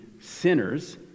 sinners